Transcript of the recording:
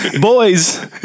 Boys